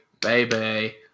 baby